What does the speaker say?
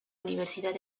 universidad